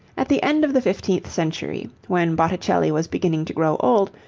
at the end of the fifteenth century, when botticelli was beginning to grow old,